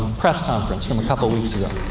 press conference from a couple of weeks ago.